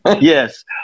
Yes